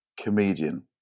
comedian